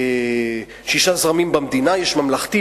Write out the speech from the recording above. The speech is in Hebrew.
יש ממלכתי,